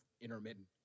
intermittent